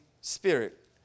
Spirit